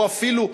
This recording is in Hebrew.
או אפילו,